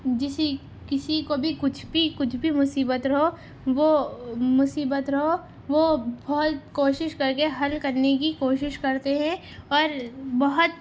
جس کسی کو بھی کچھ بھی کچھ بھی مصیبت رہو وہ مصیبت رہو وہ بہت کوشش کرکے حل کرنے کی کوشش کرتے ہیں اور بہت